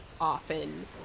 often